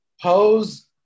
Pose